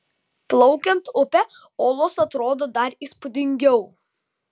plaukiant upe olos atrodo dar įspūdingiau